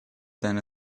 than